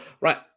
Right